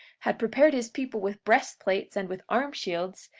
had prepared his people with breastplates and with arm-shields,